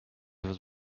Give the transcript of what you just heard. was